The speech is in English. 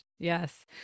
Yes